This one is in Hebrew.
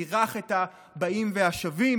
בירך את הבאים והשבים.